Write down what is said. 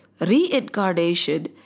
reincarnation